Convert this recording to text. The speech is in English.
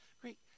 great